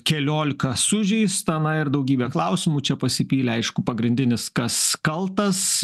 keliolika sužeista na ir daugybė klausimų čia pasipylė aišku pagrindinis kas kaltas